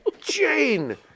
Jane